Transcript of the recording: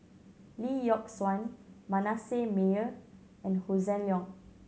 Lee Yock Suan Manasseh Meyer and Hossan Leong